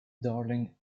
darling